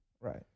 Right